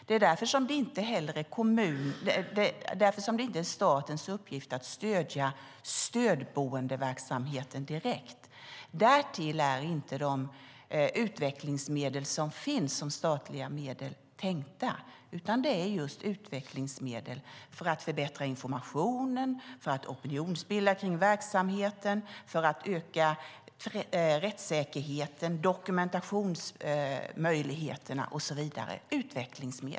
Det är därför det inte är statens uppgift att stödja stödboendeverksamheten direkt. Därtill är inte de utvecklingsmedel som finns som statliga medel tänkta, utan det är just utvecklingsmedel för att förbättra informationen, opinionsbilda kring verksamheten och öka rättssäkerheten, dokumentationsmöjligheterna och så vidare.